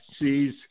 sees